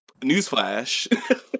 Newsflash